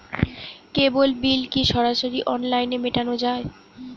কেবল bill কি সরাসরি অনলাইনে মেটানো য়ায়?